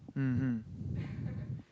mmhmm